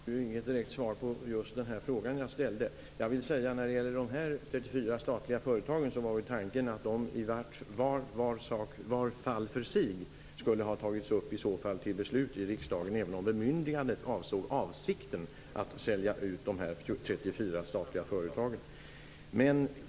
Fru talman! Det var ju inget direkt svar på den fråga jag ställde. När det gäller de 34 statliga företagen var tanken att de vart för sig skulle ha tagits upp till beslut i riksdagen, även om bemyndigandet avsåg avsikten att sälja ut dem.